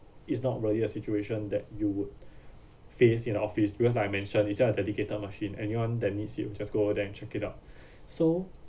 it's not really a situation that you would face in the office because I mention it's just a dedicated machine anyone that needs you just go over there and check it out so